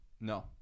No